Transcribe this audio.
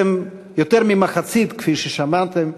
כפי ששמעתם,